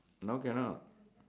now cannot